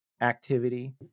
activity